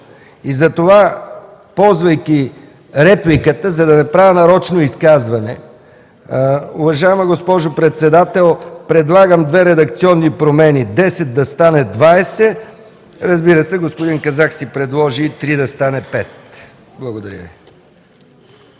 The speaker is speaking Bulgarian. гласува. Ползвайки репликата, за да не правя нарочно изказване, уважаема госпожо председател, предлагам две редакционни промени: десет да стане двадесет, разбира се, господин Казак си предложи три да стане пет. Благодаря Ви.